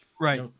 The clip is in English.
Right